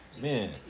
Man